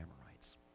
Amorites